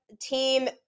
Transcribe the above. team